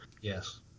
Yes